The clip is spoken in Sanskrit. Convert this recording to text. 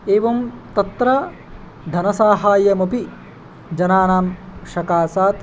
एवं तत्र धनसाहाय्यमपि जनानां सकाशात्